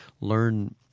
learn